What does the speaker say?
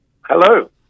Hello